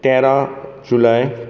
तेरा जुलाय